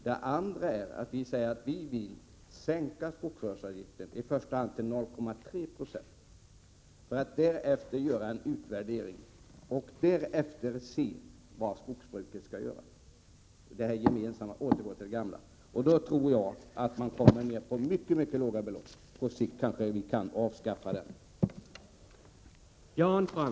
Det andra är att vi vill sänka skogsvårdsavgiften till i första hand 0,3 96, för att därefter göra en utvärdering som kan visa vad skogsbruket skall göra, t.ex. återgå till det gamla med gemensamt ansvar. Då tror jag att det går att komma ned på mycket låga belopp. På sikt kanske vi kan avskaffa avgiften.